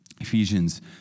Ephesians